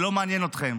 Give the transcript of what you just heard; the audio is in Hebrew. זה לא מעניין אתכם.